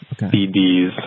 CDs